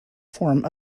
form